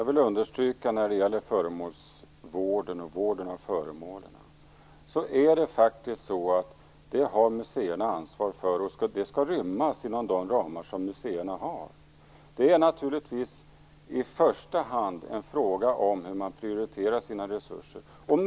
Fru talman! Vården av föremålen, det vill jag understryka, har museerna ansvaret för. Detta skall rymmas inom de ramar som gäller för museerna. I första hand är det naturligtvis fråga om hur man prioriterar sina resurser.